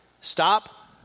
Stop